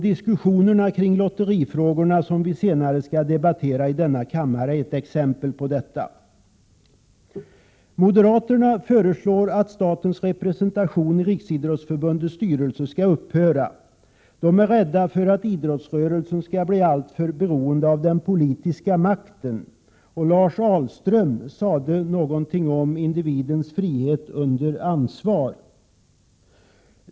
Diskussionerna kring lotterifrågorna, som vi skall debattera senare i denna kammare, är ett exempel på detta. Moderaterna föreslår att statens representation i Riksidrottsförbundets styrelse skall upphöra. De är rädda för att idrottsrörelsen skall bli alltför beroende av den politiska makten. Lars Ahlström sade någonting om individens frihet under ansvar.